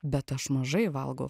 bet aš mažai valgau